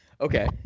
Okay